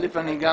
אני גם